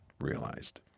realized